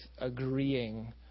agreeing